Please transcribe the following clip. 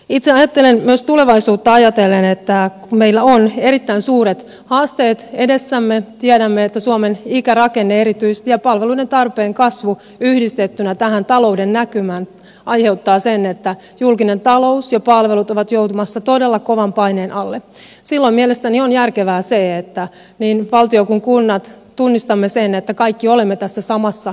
itse ajattelen myös tulevaisuutta ajatellen että kun meillä on erittäin suuret haasteet edessämme tiedämme että suomen ikärakenne erityisesti ja palveluiden tarpeen kasvu yhdistettynä tähän talouden näkymään aiheuttavat sen että julkinen talous ja palvelut ovat joutumassa todella kovan paineen alle silloin mielestäni on järkevää se että niin valtio kuin kunnat tunnistavat sen että kaikki olemme tässä samassa veneessä